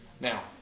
Now